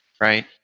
right